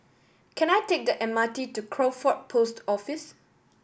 can I take the M R T to Crawford Post Office